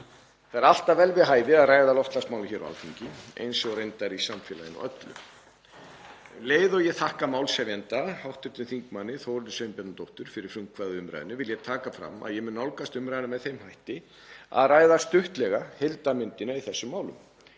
Það er alltaf vel við hæfi að ræða loftslagsmál hér á Alþingi, eins og reyndar í samfélaginu öllu. Um leið og ég þakka málshefjanda hv. þm. Þórunni Sveinbjarnardóttur fyrir frumkvæðið að umræðunni vil ég taka fram að ég mun nálgast umræðuna með þeim hætti að ræða stuttlega heildarmyndina í þessum málum